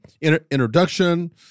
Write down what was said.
introduction